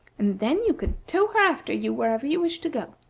and then you could tow her after you wherever you wished to go.